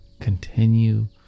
Continue